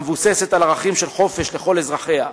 המבוססת על ערכים של חופש לכל אזרחיה,